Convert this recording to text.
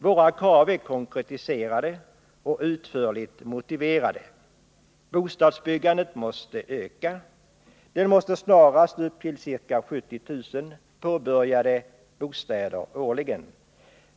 Våra krav är konkretiserade och utförligt motiverade: Bostadsbyggandet måste öka. Det måste snarast omfatta ca 70000 påbörjade bostäder årligen.